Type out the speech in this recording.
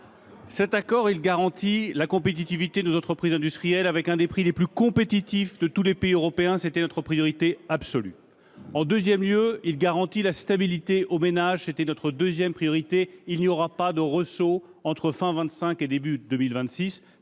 cet accord garantit la compétitivité de nos entreprises industrielles grâce à l’un des prix les plus compétitifs de tous les pays européens. C’était notre priorité absolue. En deuxième lieu, il garantit la stabilité aux ménages – c’était notre deuxième priorité. Il n’y aura pas de ressaut entre fin 2025 et début 2026,